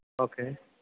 okay